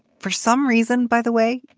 for some reason, by the way,